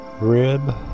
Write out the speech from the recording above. rib